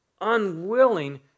unwilling